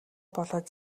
болоод